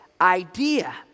idea